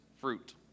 fruit